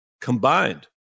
combined